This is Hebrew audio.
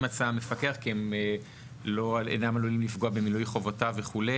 מצא המקפח כי הם אינם עלולים לפגוע במילוי חובותיו וכו',